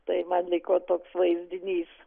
tai man liko toks vaizdinys